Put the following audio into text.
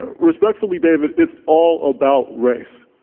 ah respectfully, david, it's all about race.